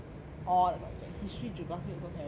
all the subject history geography also have